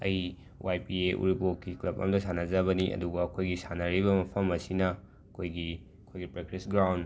ꯑꯩ Y P A ꯎꯔꯤꯄꯣꯛꯀꯤ club ꯑꯝꯗ ꯁꯥꯅꯖꯕꯅꯤ ꯑꯗꯨꯒ ꯑꯩꯈꯣꯏꯒꯤ ꯁꯥꯟꯅꯔꯤꯕ ꯃꯐꯝ ꯑꯁꯤꯅ ꯑꯩꯈꯣꯏꯒꯤ ꯑꯩꯈꯣꯏ ꯄꯦꯀ꯭ꯔꯤꯁ ꯒ꯭ꯔꯥꯎꯟ